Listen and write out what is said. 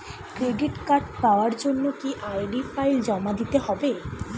Credit card পাওয়ার জন্য কি আই.ডি ফাইল জমা দিতে হবে?